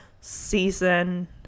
Season